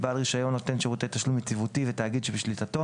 בעל רישיון נותן שירותי תשלום יציבותי ותאגיד שבשליטתו,